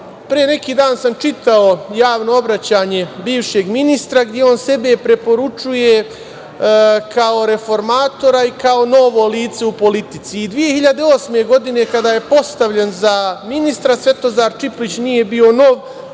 neki dan sam čitao javno obraćanje bivšeg ministra, gde on sebe preporučuje kao reformatora i kao novo lice u politici. I godine 2008. kada je postavljen za ministra, Svetozar Čiplić nije bio nov,